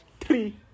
Three